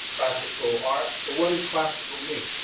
classical art. so what does classical mean?